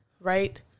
right